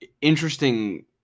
interesting